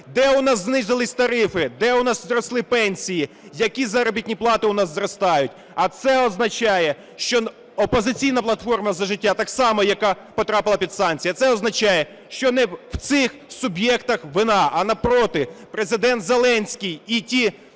Де у нас знизились тарифи? Де у нас зросли пенсії? Які заробітні плати у нас зростають? А це означає, що "Опозиційна платформа – За життя" так само, яка потрапила під санкції, а це означає, що не в цих суб'єктах вина, а напроти, Президент Зеленський і ті